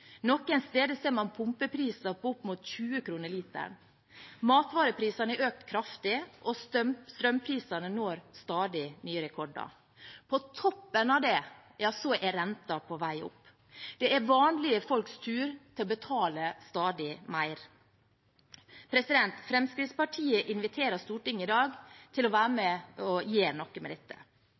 ser man pumpepriser på opp mot 20 kr per liter. Matvareprisene har økt kraftig, og strømprisene når stadig nye rekorder. På toppen av det er renten på vei opp. Det er vanlige folks tur til å betale stadig mer. Fremskrittspartiet inviterer i dag Stortinget til å være med og gjøre noe med dette.